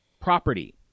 property